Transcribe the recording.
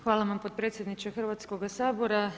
Hvala vam potpredsjedniče Hrvatskog sabora.